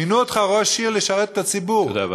מינו אותך לראש עיר, לשרת את הציבור, תודה.